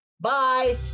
Bye